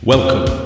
Welcome